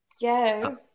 Yes